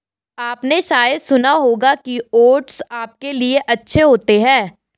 आपने शायद सुना होगा कि ओट्स आपके लिए अच्छे होते हैं